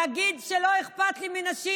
להגיד שלא אכפת לי מנשים,